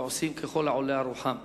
ועושים ככל העולה על רוחם.